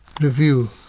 review